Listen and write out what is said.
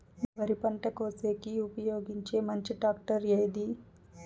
వరి పంట కోసేకి ఉపయోగించే మంచి టాక్టర్ ఏది?